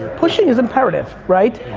pushing is imperative, right?